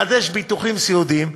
לחדש ביטוחים סיעודיים.